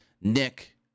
Nick